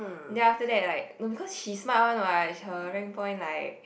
then after that like no because she smart one what her rank point like